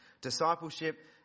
Discipleship